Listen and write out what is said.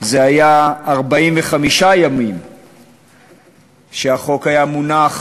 זה היה 45 ימים שהחוק היה מונח,